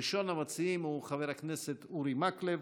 ראשון המציעים הוא חבר הכנסת אורי מקלב.